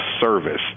service